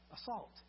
Assault